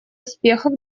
успехов